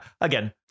again